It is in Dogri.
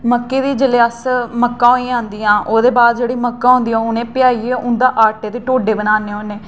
मक्कें दी जेल्लै अस मक्कां होई जंदियां ओह्दे बाद जेह्ड़ियां मक्कां होंदियां उ'नें ई पेहाइयै उं'दे आटे दे ढोड्डे बनान्ने होन्ने